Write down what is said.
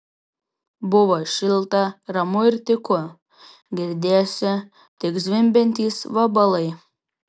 buvo šilta ramu ir tyku girdėjosi tik zvimbiantys vabalai